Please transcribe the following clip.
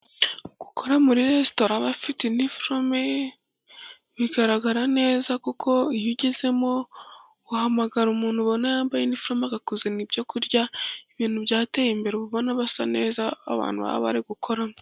Gukora muri resitora aba afite iniforume, bigaragara neza kuko iyo ugezemo uhamagara umuntu ubona wambaye iniforume akakuzanira ibyo kurya. Ibintu byateye imbere uba ubona basa neza, abantu baba bakoramo.